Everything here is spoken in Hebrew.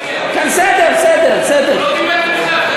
לא קיבל את המכתב.